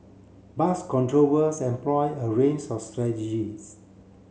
bus controllers employ a range of strategies